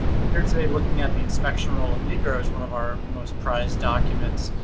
we're here today looking at the inspection roll of negroes, one of our most prized documents.